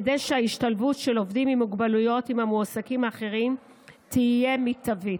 כדי שההשתלבות של עובדים עם מוגבלויות עם המועסקים האחרים תהיה מיטבית.